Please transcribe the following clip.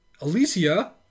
Alicia